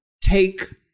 take